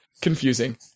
confusing